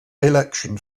election